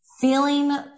feeling